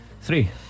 Three